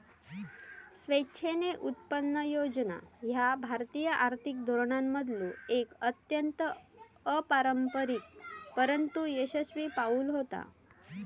स्वेच्छेने उत्पन्न योजना ह्या भारतीय आर्थिक धोरणांमधलो एक अत्यंत अपारंपरिक परंतु यशस्वी पाऊल होता